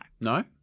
no